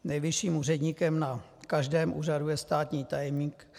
Nejvyšším úředníkem na každém úřadu je státní tajemník.